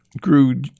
grew